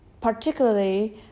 particularly